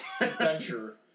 adventure